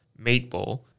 Meatball